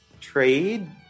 trade